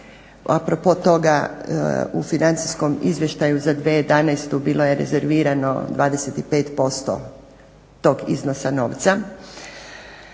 propos toga u Financijskom izvještaju za 2011. bilo je rezervirano 25% tog iznosa novca